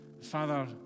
father